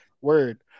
Word